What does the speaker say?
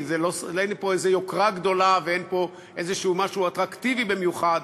כי אין לי פה איזה יוקרה גדולה ואין פה איזשהו משהו אטרקטיבי במיוחד.